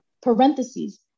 parentheses